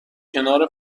کنار